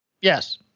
Yes